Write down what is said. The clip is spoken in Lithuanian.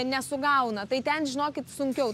nesugauna tai ten žinokit sunkiau